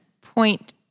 point